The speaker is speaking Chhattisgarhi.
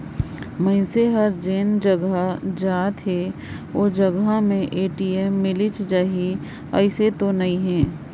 मइनसे हर जेन जघा जात अहे ओ जघा में ए.टी.एम मिलिच जाही अइसन तो नइ हे